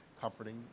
comforting